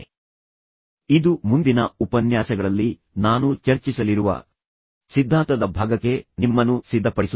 ನಾವು ಕೆಲವು ಉದಾಹರಣೆಗಳನ್ನು ನೋಡೋಣ ಮತ್ತು ಅವುಗಳನ್ನು ವಿಶ್ಲೇಷಿಸೋಣ ಇದು ಮುಂದಿನ ಉಪನ್ಯಾಸಗಳಲ್ಲಿ ನಾನು ಚರ್ಚಿಸಲಿರುವ ಸಿದ್ಧಾಂತದ ಭಾಗಕ್ಕೆ ನಿಮ್ಮನ್ನು ಸಿದ್ಧಪಡಿಸುತ್ತದೆ